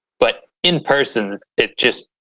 but, in person. it just.